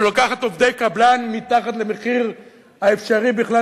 שלוקחת עובדי קבלן מתחת למחיר האפשרי בכלל